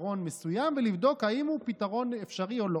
פתרון מסוים ולבדוק אם הוא פתרון אפשרי או לא.